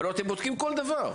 הלוא אתם בודקים כל דבר.